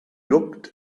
looked